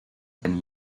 ten